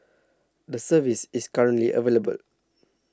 the service is currently available